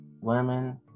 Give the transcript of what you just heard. women